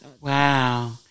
Wow